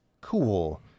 cool